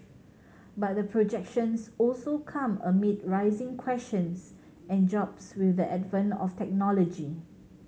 but the projections also come amid rising questions and jobs with the advent of technology